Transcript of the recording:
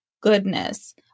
goodness